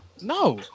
No